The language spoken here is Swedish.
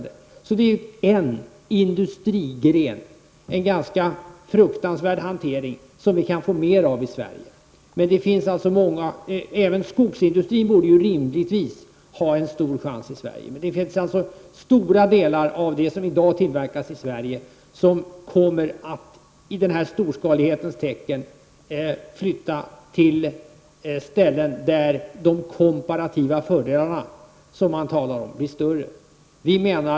Det är alltså en industrigren -- en fruktansvärd hantering -- som vi kan få mer av i Sverige, men mycket av det som i dag tillverkas i Sverige kommer att i storskalighetens tecken flyttas till ställen där de komparativa fördelarna blir större -- skogsindustrin borde rimligtvis få en större chans i Sverige.